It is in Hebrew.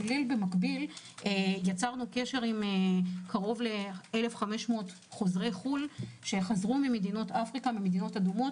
במקביל יצרנו קשר עם כ-1500 חוזרים מחו"ל שחזרו ממדינות אדומות